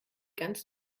ganz